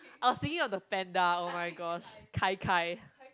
I was thinking of the panda oh-my-gosh kai kai